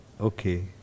Okay